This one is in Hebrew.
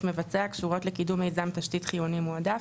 מבצע הקשורות לקידום מיזם תשתית חיוני מועדף,